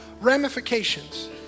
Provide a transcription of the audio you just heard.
ramifications